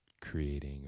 creating